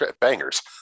bangers